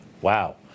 Wow